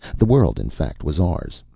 the world, in fact, was ours.